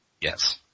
Yes